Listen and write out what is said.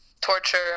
torture